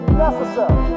necessary